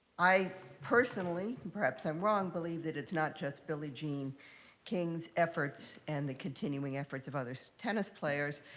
i personally, perhaps i'm wrong, believe that it's not just billie jean king's efforts and the continuing efforts of other tennis players.